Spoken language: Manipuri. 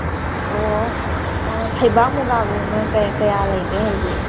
ꯑꯣ ꯐꯩꯕꯥꯛ ꯃꯨꯒꯥꯒꯨꯝꯕꯅ ꯀꯌꯥ ꯂꯩꯒꯦ ꯍꯧꯖꯤꯛ